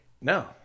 No